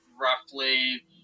roughly